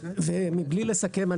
מבלי לסכם,